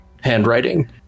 handwriting